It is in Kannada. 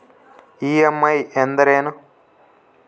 ಇ.ಎಮ್.ಐ ಅಂದ್ರೇನು?